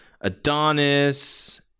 Adonis